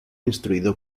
instruido